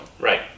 Right